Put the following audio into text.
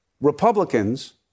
Republicans